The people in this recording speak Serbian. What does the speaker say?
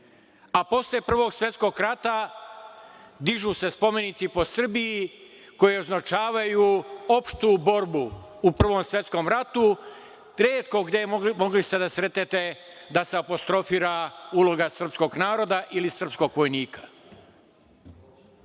a posle Prvog svetskog rata dižu se spomenici po Srbiji koji označavaju opštu borbu u Prvom svetskom ratu, retko gde ste mogli da sretnete da se apostrofira uloga srpskog naroda ili srpskog vojnika.